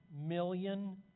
million